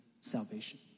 salvation